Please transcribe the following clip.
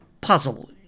puzzle